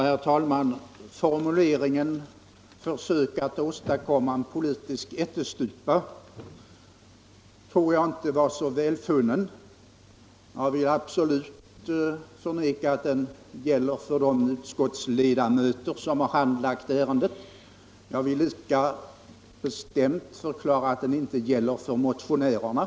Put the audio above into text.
Herr talman! Formuleringen ”försök att åstadkomma en politisk ättestupa” var inte så välfunnen. Jag vill absolut förneka att den gäller för de utskottsledamöter som har handlagt detta ärende. Jag vill lika bestämt förklara att den inte gäller för motionärerna.